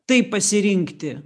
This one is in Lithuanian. tai pasirinkti